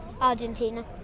Argentina